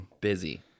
busy